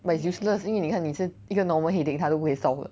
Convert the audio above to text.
but it's useless 因为你看你吃一个 normal headache 它都不可以 solve 的